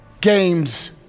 games